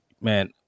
man